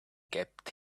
kept